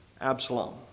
Absalom